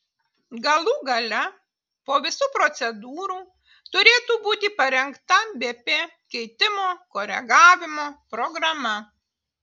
galų gale po visų procedūrų turėtų būti parengta bp keitimo koregavimo programa